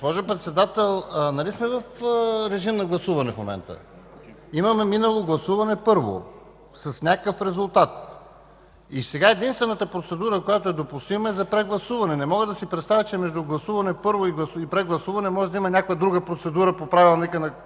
Госпожо Председател, нали сме в режим на гласуване в момента? Имаме минало гласуване – първо, с някакъв резултат. Сега единствената допустима процедура е за прегласуване. Не мога да си представя, че между първото гласуване и прегласуването може да има някаква друга процедура по Правилника, който